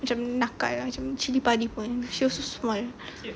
macam nakal macam cili padi pun she also small